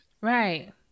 Right